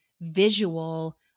visual